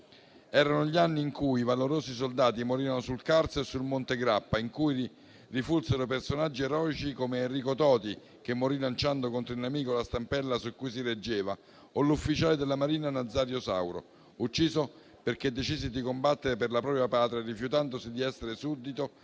Erano gli anni in cui valorosi soldati morirono sul Carso e sul Monte Grappa, in cui rifulsero personaggi eroici come Enrico Toti, che morì lanciando contro il nemico la stampella su cui si reggeva, o l'ufficiale della Marina Nazario Sauro, ucciso perché decise di combattere per la propria patria rifiutandosi di essere suddito dell'allora